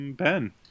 ben